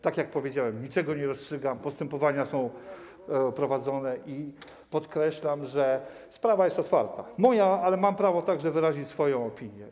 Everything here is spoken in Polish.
Tak jak powiedziałem, niczego nie rozstrzygam, postępowania są prowadzone i podkreślam, że sprawa jest otwarta, moja, ale mam prawo także wyrazić swoją opinię.